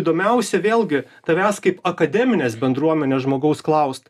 įdomiausia vėlgi tavęs kaip akademinės bendruomenės žmogaus klaust